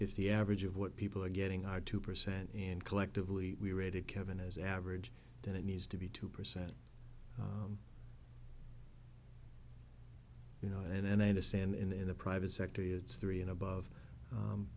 if the average of what people are getting are two percent and collectively we rated kevin as average then it needs to be two percent you know and i understand in the private sector it's three and above